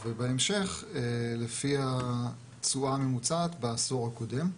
ובהמשך לפי התשואה הממוצעת בעשור הקודם,